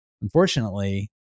Unfortunately